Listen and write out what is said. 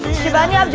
shivani ah